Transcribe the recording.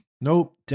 Nope